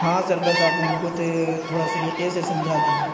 ہاں سر بس آپ ان کو تو تھوڑا سلیقے سے سمجھا دیجیے